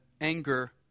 anger